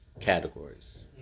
categories